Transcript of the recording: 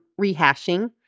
rehashing